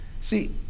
See